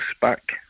back